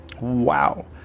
Wow